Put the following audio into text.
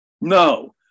No